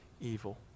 evil